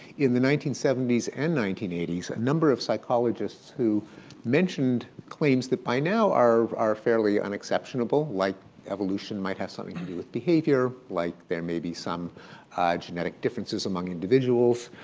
in the nineteen seventy s and nineteen eighty s, a number of psychologists who mentioned claims that by now are are fairly unexceptionable, like evolution might have something to do with behavior, like there may be some genetic differences among individuals,